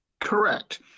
Correct